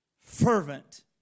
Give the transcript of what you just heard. fervent